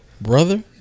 brother